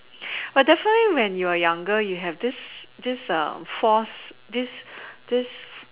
but definitely when you are younger you have this this force this this